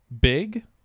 big